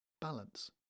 Balance